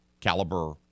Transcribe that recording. caliber